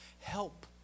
Help